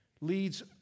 leads